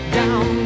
down